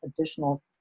additional